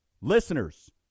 Listeners